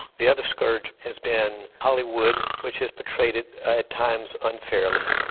the other scourge has been hollywood, which has portrayed it at times unfairly.